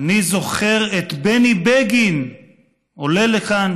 אני זוכר את בני בגין עולה לכאן